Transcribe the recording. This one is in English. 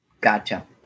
Gotcha